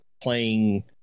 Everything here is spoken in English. playing